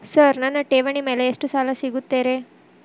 Sir ನನ್ನ ಠೇವಣಿ ಮೇಲೆ ಎಷ್ಟು ಸಾಲ ಸಿಗುತ್ತೆ ರೇ?